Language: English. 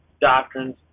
doctrines